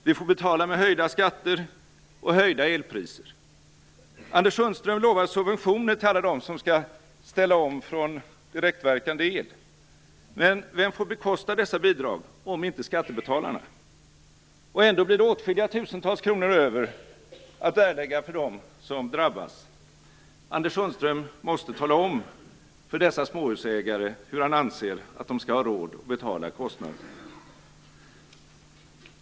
Vi får betala med höjda skatter och höjda elpriser. Anders Sundström lovar subventioner till alla dem som skall ställa om från direktverkande el. Men vem får bekosta dessa bidrag om inte skattebetalarna? Och ändå blir det åtskilliga tusentals kronor över att erlägga för dem som drabbas. Anders Sundström måste tala om för dessa småhusägare hur han anser att de skall ha råd att betala kostnaden.